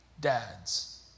dads